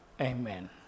Amen